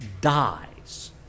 dies